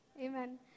Amen